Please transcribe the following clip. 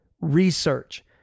research